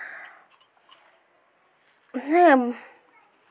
ᱦᱮᱸ